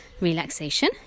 relaxation